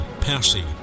Percy